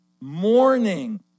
mourning